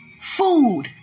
Food